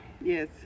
Yes